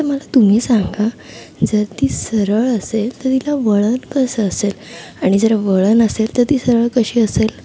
तर मला तुम्ही सांगा जर ती सरळ असेल तर तिला वळण कसं असेल आणि जर वळण असेल तर ती सरळ कशी असेल